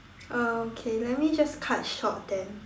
okay let me just cut short then